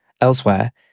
Elsewhere